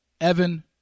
Evan